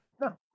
no